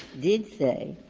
did say